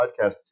podcast